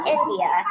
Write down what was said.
India